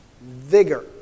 vigor